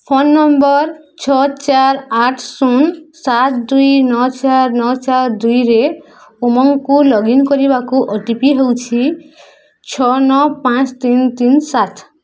phone number ଛଅ ଚାରି ଆଠ ଶୂନ ସାତ ଦୁଇ ନଅ ଚାରି ନଅ ଚାରି ଦୁଇ ରେ ଉମଙ୍ଗକୁ ଲଗ୍ଇନ୍ କରିବାକୁ ଓ ଟି ପି ହେଉଛି ଛଅ ନଅ ପାଞ୍ଚ ତିନି ତିନି ସାତ